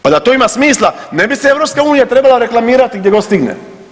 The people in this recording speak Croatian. Pa da to ima smisla ne bi se EU trebala reklamirati gdje god stigne.